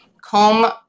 comb